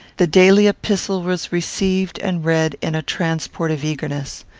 the daily epistle was received and read, in a transport of eagerness.